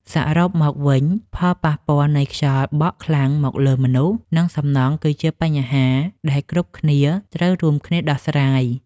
សរុបមកវិញផលប៉ះពាល់នៃខ្យល់បក់ខ្លាំងមកលើមនុស្ស និងសំណង់គឺជាបញ្ហាដែលគ្រប់គ្នាត្រូវរួមគ្នាដោះស្រាយ។